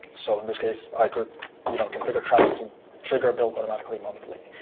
so in this case, i could configure travis to trigger a build automatically monthly.